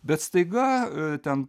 bet staiga ten